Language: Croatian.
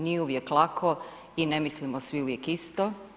Nije uvijek lako i ne mislimo svi uvijek isto.